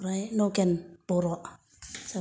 ओमफ्राय नगेन बर'